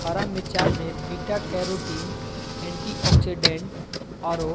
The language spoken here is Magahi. हरा मिरचाय में बीटा कैरोटीन, एंटीऑक्सीडेंट आरो